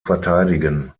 verteidigen